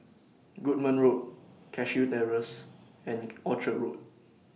Goodman Road Cashew Terrace and Orchard Road